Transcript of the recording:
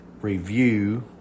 review